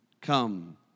come